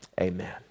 amen